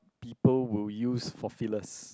people will use for fillers